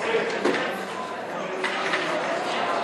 אורלי, האם תשובה